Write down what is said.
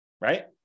Right